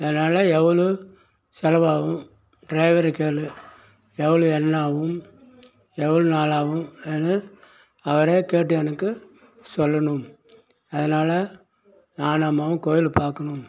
அதனால எவ்வளோ செலவாகும் டிரைவருக்கு எவ்வளோ எவ்வளோ எண்ணெய் ஆகும் எவ்வளோ நாள் ஆகும் அவரை கேட்டு எனக்கு சொல்லணும் அதனால நானும் அம்மாவும் கோவில பாக்கணும்